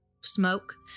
smoke